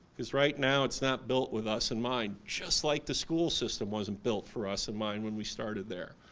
because right now it's not built with us in mind. just like the school system wasn't build for us in mind when we started there.